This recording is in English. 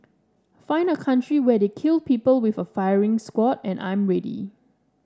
find a country where they kill people with a firing squad and I'm ready